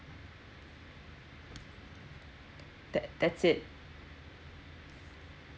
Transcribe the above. that that's it